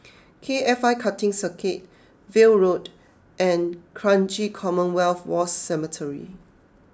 K F I Karting Circuit View Road and Kranji Commonwealth War Cemetery